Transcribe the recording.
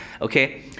okay